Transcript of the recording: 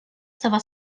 stava